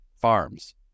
farms